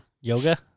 yoga